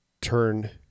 Turn